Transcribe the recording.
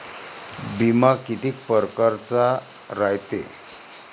बिमा कितीक परकारचा रायते?